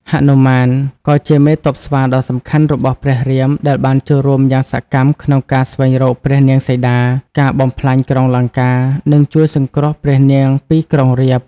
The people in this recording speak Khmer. ហនុមានក៏ជាមេទ័ពស្វាដ៏សំខាន់របស់ព្រះរាម ដែលបានចូលរួមយ៉ាងសកម្មក្នុងការស្វែងរកព្រះនាងសីតា ការបំផ្លាញក្រុងលង្កា និងជួយសង្គ្រោះព្រះនាងពីក្រុងរាពណ៍ ។